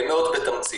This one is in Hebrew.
ואומר זאת מאוד בתמצית.